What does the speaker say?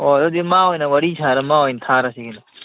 ꯑꯣ ꯑꯗꯨꯗꯤ ꯃꯥ ꯑꯣꯏꯅ ꯋꯥꯔꯤ ꯁꯥꯔꯥ ꯃꯥ ꯑꯣꯏꯅ ꯊꯥꯔꯁꯤ